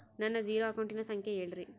ನನ್ನ ಜೇರೊ ಅಕೌಂಟಿನ ಸಂಖ್ಯೆ ಹೇಳ್ರಿ?